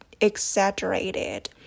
exaggerated